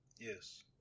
Yes